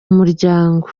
umuryango